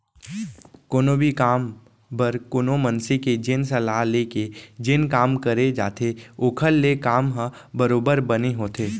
कोनो भी काम बर कोनो मनसे के जेन सलाह ले के जेन काम करे जाथे ओखर ले काम ह बरोबर बने होथे